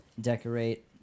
decorate